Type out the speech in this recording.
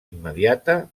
immediata